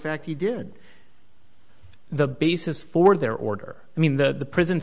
fact he did the basis for their order i mean the prison